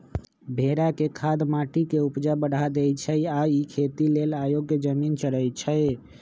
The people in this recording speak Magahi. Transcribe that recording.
भेड़ा के खाद माटी के ऊपजा बढ़ा देइ छइ आ इ खेती लेल अयोग्य जमिन चरइछइ